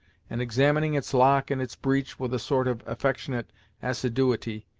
and examining its lock and its breech with a sort of affectionate assiduity,